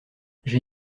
j’ai